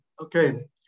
Okay